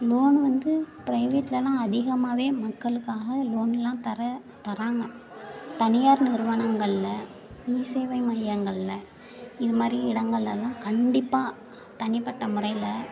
loan வந்து ப்ரைவேடெலலாம் அதிகமாகவே மக்களுக்காக லோனெலாம் தர தராங்க தனியார் நிறுவனங்களில் இ சேவை மையங்களில் இதுமாதிரி இடங்களில்லாம் கண்டிப்பாக தனிப்பட்ட முறையில்